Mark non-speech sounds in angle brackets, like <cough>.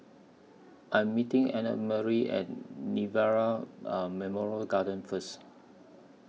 I Am meeting Annamarie At Nirvana <hesitation> Memorial Garden First